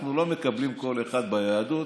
אנחנו לא מקבלים כל אחד ביהדות